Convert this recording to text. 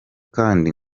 kandi